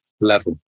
level